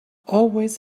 always